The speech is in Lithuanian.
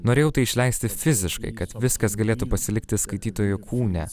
norėjau tai išleisti fiziškai kad viskas galėtų pasilikti skaitytojo kūne